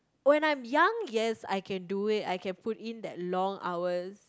oh when I'm young yes I can do it I can put in that long hours